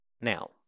Now